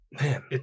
Man